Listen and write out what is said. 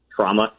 trauma